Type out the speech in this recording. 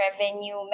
revenue